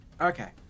Okay